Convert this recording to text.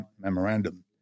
memorandum